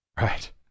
Right